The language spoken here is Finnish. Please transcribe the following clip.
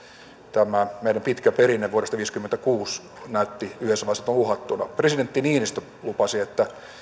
tämä meidän pitkä perinteemme vuodesta viisikymmentäkuusi näytti yhdessä vaiheessa olevan uhattuna presidentti niinistö lupasi että